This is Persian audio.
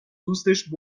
دوستش